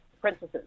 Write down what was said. princesses